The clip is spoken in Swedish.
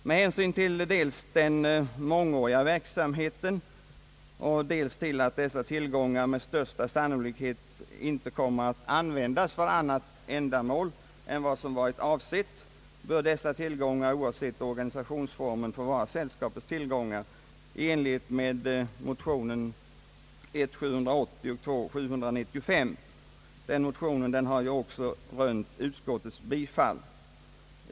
Med hänsyn till dels den mångåriga verksamheten, dels till att dessa tillgångar med största sannolikhet inte kommer att användas för annat ändamål än som varit avsett bör dessa tillgångar oavsett organisationsformen få vara sällskapens tillgångar i enlighet med motionerna I: 780 och II: 975, som också rönt utskottets bifall.